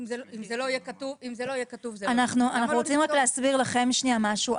אנחנו רוצים להסביר לכם משהו.